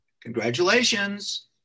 congratulations